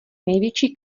největší